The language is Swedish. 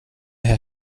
här